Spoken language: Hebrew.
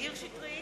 מאיר שטרית,